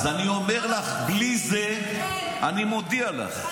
אז אתה בעצם גוזר דין מוות על החטופים, דודי.